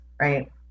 right